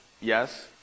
Yes